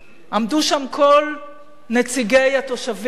עמדו שם כל נציגי התושבים.